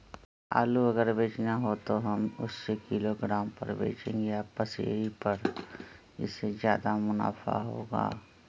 आलू अगर बेचना हो तो हम उससे किलोग्राम पर बचेंगे या पसेरी पर जिससे ज्यादा मुनाफा होगा?